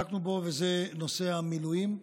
וזה נושא המילואים.